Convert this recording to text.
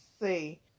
see